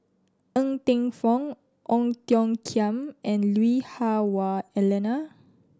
Ng Teng Fong Ong Tiong Khiam and Lui Hah Wah Elena